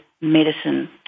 Medicine